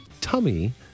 tummy